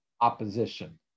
opposition